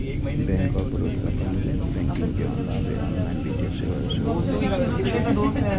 bank of Baroda पारंपरिक banking के अलावे ऑनलाइन वित्तीय सेवा सेहो प्रदान करै छै